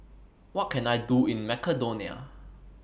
What Can I Do in Macedonia